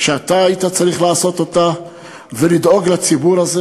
שאתה היית צריך לעשות ולדאוג לציבור הזה?